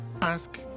Ask